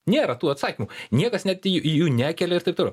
nėra tų atsakymų niekas net į į jų nekelia ir taip toliau